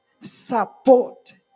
support